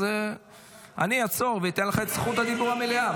אז אני אעצור ואתן לך את זכות הדיבור המלאה.